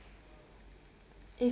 if